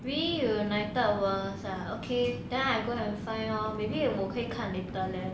reunited worlds ah okay then I go and find lor maybe 我可以看 later loh